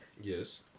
Yes